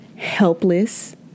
Helpless